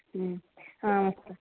आम् अस्तु